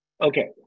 Okay